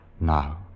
Now